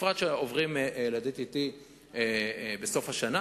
בפרט שעוברים ל-DTT בסוף השנה.